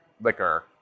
liquor